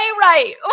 right